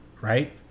right